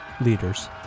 leaders